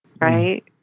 right